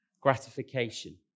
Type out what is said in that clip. gratification